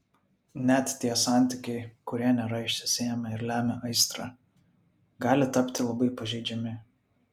net tie santykiai kurie nėra išsisėmę ir lemia aistrą gali tapti labai pažeidžiami